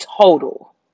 total